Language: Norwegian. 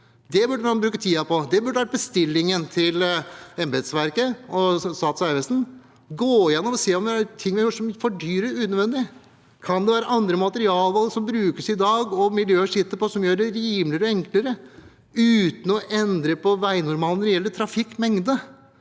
Det burde man bruke tiden på. Det burde vært bestillingen til embetsverket og Statens vegvesen: å gå gjennom og se om det er ting vi har gjort som fordyrer unødvendig. Kan det være andre materialvalg, som brukes i dag, og som miljøer sitter på, som gjør det rimeligere og enklere uten å endre på veinormalene når det gjelder trafikkmengde?